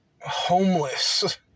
homeless